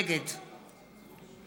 נגד